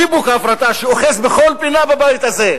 דיבוק ההפרטה שאוחז בכל פינה בבית הזה,